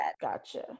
gotcha